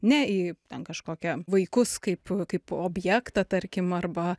ne į ten kažkokią vaikus kaip kaip objektą tarkim arba